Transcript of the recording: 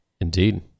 Indeed